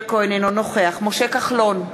אינו נוכח משה כחלון,